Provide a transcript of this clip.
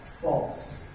false